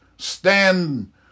Stand